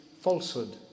falsehood